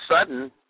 sudden